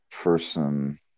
person